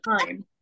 time